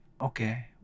Okay